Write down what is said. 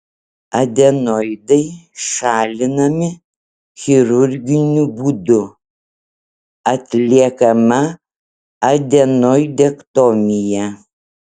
adenoidai šalinami chirurginiu būdu atliekama adenoidektomija